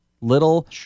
Little